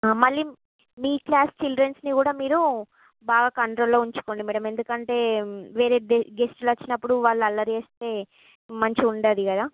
మళ్ళీ మి క్లాస్ చిల్డ్రన్ని కూడా మీరు బాగా కంట్రోల్లో ఉంచుకోండి మేడం ఎందుకంటే వేరే దే గెస్ట్లు వచ్చినప్పుడు వాళ్ళు అల్లరి చేస్తే మంచిగా ఉండదు కదా